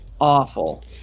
Awful